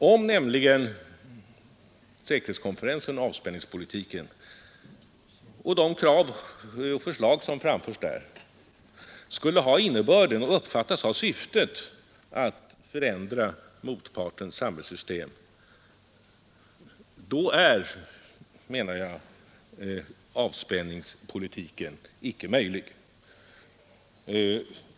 Om nämligen säkerhetskonferensen och de krav och förslag som där framförs skulle ha — och uppfattas ha — syftet att förändra motpartens samhällssystem, då är, menar jag, en vidareutveckling av avspänningspolitiken icke möjlig.